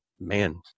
man